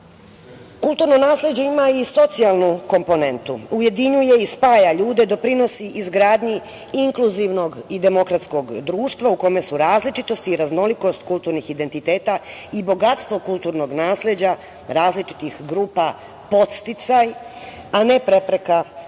nasleđa. Kulturno nasleđe ima i socijalnu komponentu, ujedinjuje i spaja ljude, doprinosi izgradnji inkluzivnog i demokratskog društva u kome su različitosti i raznolikost kulturnih identiteta i bogatstvo kulturnog nasleđa različitih grupa podsticaj, a ne prepreka u